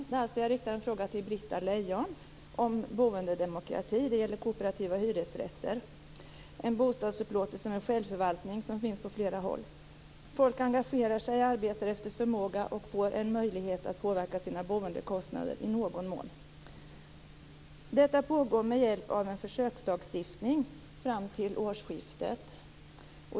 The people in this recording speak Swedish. Herr talman! Jag har en fråga till Britta Lejon om boendedemokrati. Det gäller kooperativa hyresrätter, en bostadsupplåtelse med självförvaltning som finns på flera håll. Folk engagerar sig, arbetar efter förmåga och får en möjlighet att påverka sina boendekostnader i någon mån. Detta pågår med hjälp av en försökslagstiftning fram till årsskiftet.